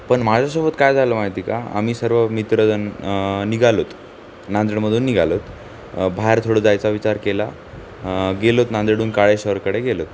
पण माझ्यासोबत काय झालं माहिती का आम्ही सर्व मित्रजण निघालोत नांदेडमधून निघालोत बाहेर थोडं जायचा विचार केला गेलोत नांदेडून काळेश्वरकडे गेलोत